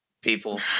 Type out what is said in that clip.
people